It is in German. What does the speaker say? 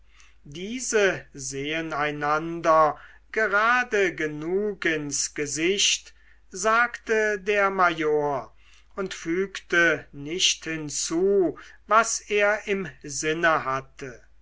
diese sehen einander gerade genug ins gesicht sagte der major und fügte nicht hinzu was er im sinne hatte